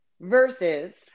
versus